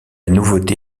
nouveauté